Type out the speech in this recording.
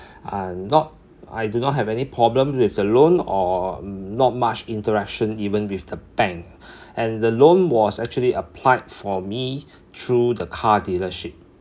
I'm not I do not have any problems with the loan or not much interaction even with the bank and the loan was actually applied for me through the car dealership